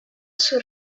sul